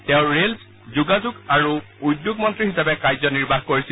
তেওঁ ৰেল যোগাযোগ আৰু উদ্যোগ মন্ত্ৰী হিচাপে কাৰ্যনিৰ্বাহ কৰিছিল